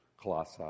Colossae